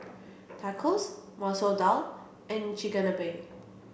Tacos Masoor Dal and Chigenabe